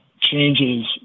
changes